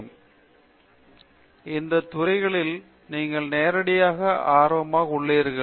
பேராசிரியர் பிரதாப் ஹரிதாஸ் இந்த துறைகளில் நீங்கள் நேரடியாக ஆர்வமாக உள்ளீர்கள்